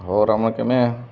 ਹੋਰ ਰਮਨ ਕਿਵੇਂ ਆ